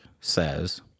says